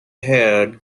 haired